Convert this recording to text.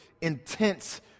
intense